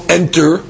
enter